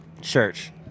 Church